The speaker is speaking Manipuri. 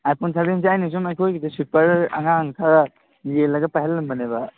ꯑꯥꯏ ꯐꯣꯟ ꯁꯕꯦꯟꯁꯦ ꯑꯩꯅ ꯁꯨꯝ ꯑꯩꯈꯣꯏꯒꯤꯗ ꯁ꯭ꯋꯤꯄꯔ ꯑꯉꯥꯡ ꯈꯔ ꯌꯦꯜꯂꯒ ꯄꯥꯏꯍꯜꯂꯝꯕꯅꯦꯕ